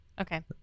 Okay